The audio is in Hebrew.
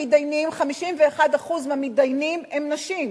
המתדיינים 51% מהמתדיינים הם נשים.